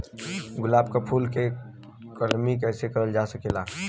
गुलाब क फूल के कलमी कैसे करल जा सकेला?